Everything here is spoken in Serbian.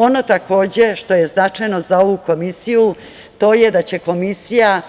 Ono što je značajno za ovu Komisiju, to je da će Komisija